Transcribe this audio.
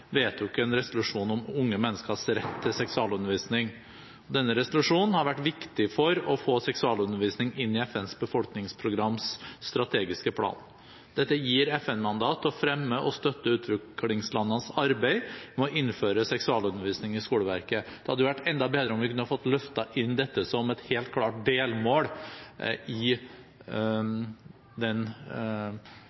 vedtok en resolusjon om unge menneskers rett til seksualundervisning. Denne resolusjonen har vært viktig for å få seksualundervisning inn i FNs befolkningsprograms strategiske plan. Dette gir FN-mandat til å fremme og støtte utviklingslandenes arbeid med å innføre seksualundervisning i skoleverket. Det hadde vært enda bedre om vi kunne ha fått løftet inn dette som et helt klart delmål i